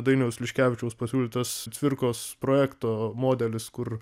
dainiaus liškevičiaus pasiūlytas cvirkos projekto modelis kur